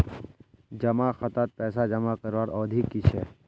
जमा खातात पैसा जमा करवार अवधि की छे?